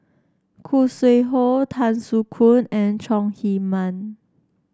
Khoo Sui Hoe Tan Soo Khoon and Chong Heman